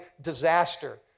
disaster